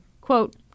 quote